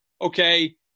Okay